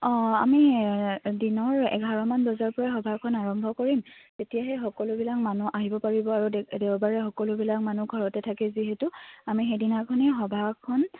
অঁ আমি দিনৰ এঘাৰমান বজাৰ পৰাই সভাখন আৰম্ভ কৰিম তেতিয়াহে সকলোবিলাক মানুহ আহিব পাৰিব আৰু দে দেওবাৰে সকলোবিলাক মানুহ ঘৰতে থাকে যিহেতু আমি সেইদিনাখনেই সভাখন